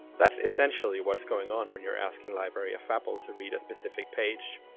that's essentially what's going on when you're asking library of babel to read a specific page.